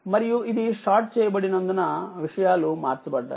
మరియుఇది short చేయబడినందున విషయాలు మార్చబడ్డాయి